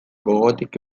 gogotik